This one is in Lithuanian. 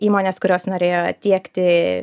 įmonės kurios norėjo tiekti